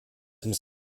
muss